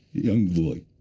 young boy,